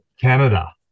Canada